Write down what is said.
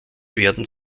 werden